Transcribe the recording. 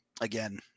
Again